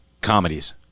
comedies